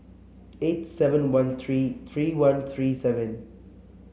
eight seven one three three one three seven